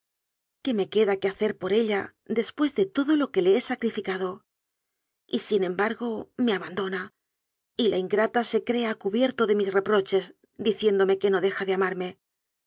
qué me queda que hacer por ella después de todo lo que le he sacrificado i y sin embargo me abandona y la ingrata se cree a cubierto de mis reproches diciéndome que no deja de amarme